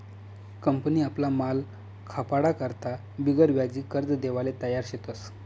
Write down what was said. company आपला माल खपाडा करता बिगरव्याजी कर्ज देवाले तयार शेतस